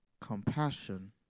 Compassion